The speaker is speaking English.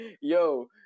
Yo